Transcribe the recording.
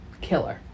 killer